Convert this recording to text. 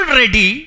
ready